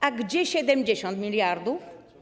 A gdzie 70 mld?